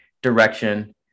direction